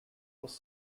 was